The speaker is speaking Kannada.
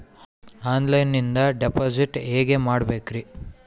ಆನ್ಲೈನಿಂದ ಡಿಪಾಸಿಟ್ ಹೇಗೆ ಮಾಡಬೇಕ್ರಿ?